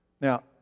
Now